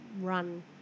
run